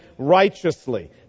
righteously